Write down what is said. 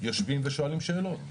יושבים ושואלים שאלות,